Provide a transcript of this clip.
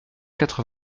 quatre